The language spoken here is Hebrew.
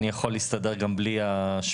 אני יכול להסתדר גם בלי השמיעה,